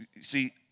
See